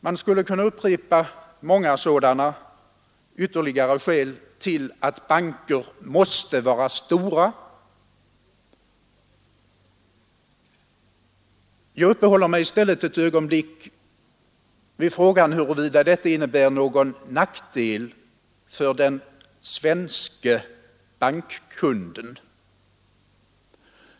Jag skulle kunna anföra många ytterligare skäl till att banker måste vara stora, men jag kan kanske i stället uppehålla mig ett ögonblick vid frågan huruvida detta innebär någon nackdel för den svenske bankkunden.